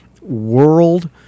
world